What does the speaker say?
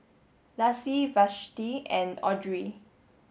Lassie Vashti and Audrey